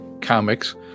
comics